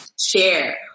share